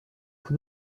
coup